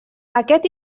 aquest